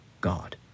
God